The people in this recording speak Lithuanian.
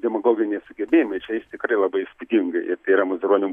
demagoginiai sugebėjimai čia jis tikrai labai įspūdingai ir tai yra mazuronio